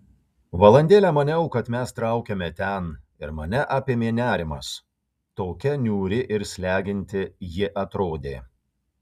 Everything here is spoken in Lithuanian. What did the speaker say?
valandėlę maniau kad mes traukiame ten ir mane apėmė nerimas tokia niūri ir slegianti ji atrodė